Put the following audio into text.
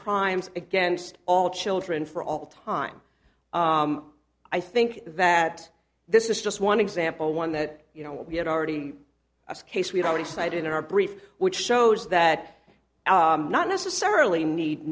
crimes against all children for all time i think that this is just one example one that you know we had already a case we've already cited in our brief which shows that not necessarily need